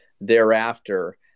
thereafter